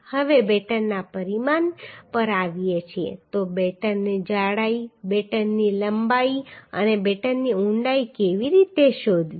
હવે બેટનના પરિમાણ પર આવીએ છીએ તો બેટનની જાડાઈ બેટનની લંબાઈ અને બેટનની ઊંડાઈ કેવી રીતે શોધવી